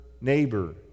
neighbor